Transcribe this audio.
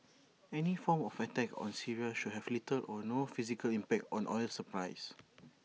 any form of attack on Syria should have little or no physical impact on oil supplies